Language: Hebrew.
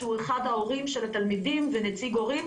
הוא אחד ההורים של התלמידים ונציג הורים